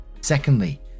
Secondly